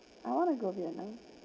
I want to go vietnam